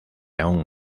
aún